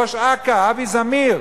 והם מצטטים את מי שהיה ראש אכ"א, אבי זמיר: